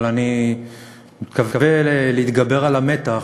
אבל אני מקווה להתגבר על המתח,